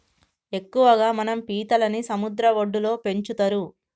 ఎక్కువగా మనం పీతలని సముద్ర వడ్డులో పెంచుతరు